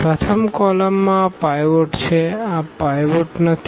પ્રથમ કોલમમાં આ પાઈવોટ છે આ પાઈવોટ નથી